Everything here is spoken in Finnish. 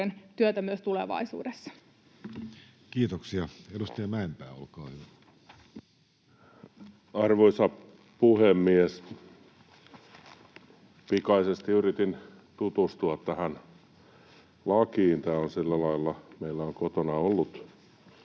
työtä myös tulevaisuudessa. Kiitoksia. — Edustaja Mäenpää, olkaa hyvä. Arvoisa puhemies! Pikaisesti yritin tutustua tähän lakiin. Meillä on kotona ollut